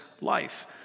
life